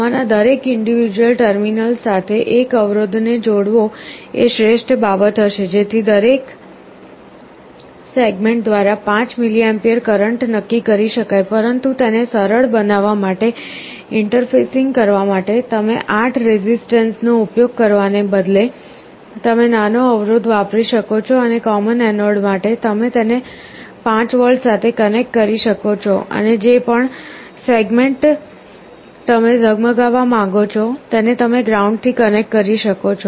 આમાંના દરેક individual terminals સાથે એક અવરોધ ને જોડવો એ શ્રેષ્ઠ બાબત હશે જેથી દરેક સેગમેન્ટ દ્વારા 5mA કરંટ નક્કી કરી શકાય પરંતુ તેને સરળ બનાવવા માટે ઇન્ટરફેસિન્ગ કરવા માટે તમે 8 રેઝિસ્ટન્સ નો ઉપયોગ કરવાને બદલે તમે નાનો અવરોધ વાપરી શકો છો અને કૉમન એનોડ માટે તમે તેને 5V સાથે કનેક્ટ કરી શકો છો અને જે પણ સેગમેન્ટ તમે ઝગમગાવવા માંગો છો તેને તમે ગ્રાઉન્ડથી કનેક્ટ કરી શકો છો